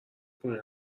کنه